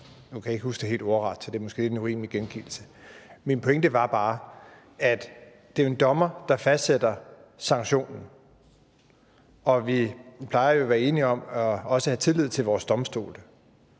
Nu kan jeg ikke huske det helt ordret, så det er måske en urimelig gengivelse. Min pointe var bare, at det er en dommer, der fastsætter sanktionen, og vi plejer jo at være enige om også at have tillid til vores domstole.